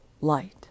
light